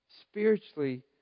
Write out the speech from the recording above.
spiritually